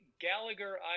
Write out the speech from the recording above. Gallagher